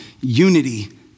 Unity